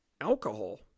Alcohol